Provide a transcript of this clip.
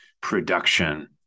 production